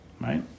Right